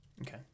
okay